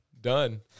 done